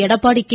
Edappadi K